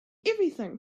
everything